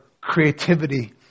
creativity